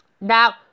Now